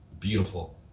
Beautiful